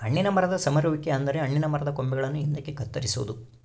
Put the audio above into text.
ಹಣ್ಣಿನ ಮರದ ಸಮರುವಿಕೆ ಅಂದರೆ ಹಣ್ಣಿನ ಮರದ ಕೊಂಬೆಗಳನ್ನು ಹಿಂದಕ್ಕೆ ಕತ್ತರಿಸೊದು